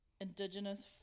indigenous